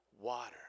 water